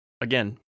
again